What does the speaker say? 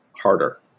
harder